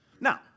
Now